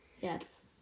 Yes